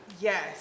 Yes